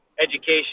education